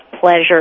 pleasure